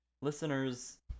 listeners